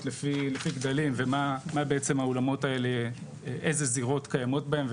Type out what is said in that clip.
כל לפי גדלים ואיזה זירות קיימות בהם,